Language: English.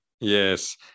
Yes